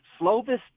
Slovis